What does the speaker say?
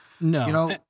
No